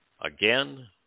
again